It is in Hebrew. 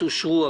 הפניות אושרו.